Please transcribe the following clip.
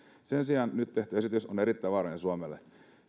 sen sijaan nyt tehty esitys on erittäin vaarallinen suomelle